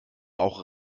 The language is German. auch